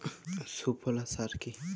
সুফলা সার কি?